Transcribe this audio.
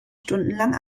stundenlang